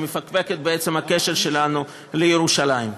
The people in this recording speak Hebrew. שמפקפקת בעצם הקשר שלנו לירושלים.